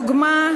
לדוגמה,